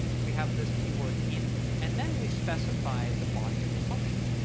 we have this keyword in, and then we specify the body of the function.